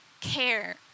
care